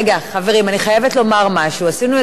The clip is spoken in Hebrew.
אני חייבת לומר משהו: עשינו את זה גם קודם,